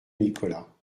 nicolas